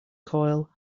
coil